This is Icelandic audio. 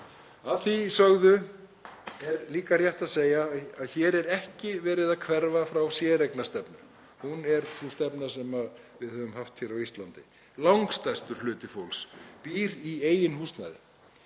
Að því sögðu er líka rétt að segja að hér er ekki verið að hverfa frá séreignarstefnu. Það er sú stefna sem við höfum haft hér á Íslandi. Langstærstur hluti fólks býr í eigin húsnæði.